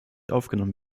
aufgenommen